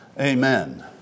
Amen